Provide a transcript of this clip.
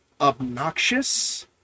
obnoxious